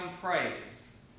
praise